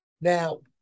Now